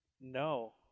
No